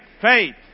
faith